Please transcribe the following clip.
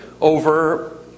over